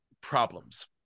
problems